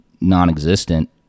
non-existent